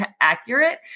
accurate